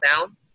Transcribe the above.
down